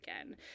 again